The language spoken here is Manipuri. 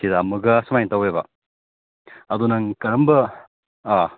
ꯁꯤꯗ ꯑꯃꯒ ꯁꯨꯃꯥꯏꯅ ꯇꯧꯋꯦꯕ ꯑꯗꯣ ꯅꯪ ꯀꯔꯝꯕ